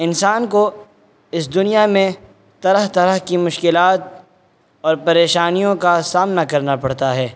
انسان کو اس دنیا میں طرح طرح کی مشکلات اور پریشانیوں کا سامنا کرنا پڑتا ہے